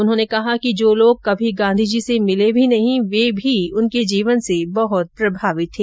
उन्होंने कहा कि जो लोग कभी गांधीजी से मिले भी नहीं वे भी उनके जीवन से बहुत प्रभावित थे